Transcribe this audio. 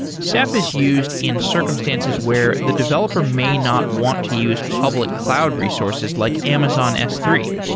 ceph is used in circumstances where the developer may not want to use public cloud resources like amazon s three.